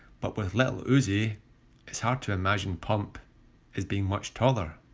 but with lil uzi it's hard to imagine pump as being much taller.